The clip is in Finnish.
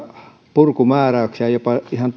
purkumääräyksiä jopa ihan